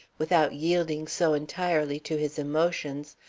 without yielding so entirely to his emotions,